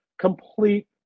Complete